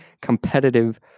competitive